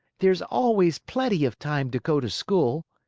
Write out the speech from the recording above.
there's always plenty of time to go to school,